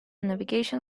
navigation